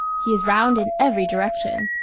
he is round in every direction.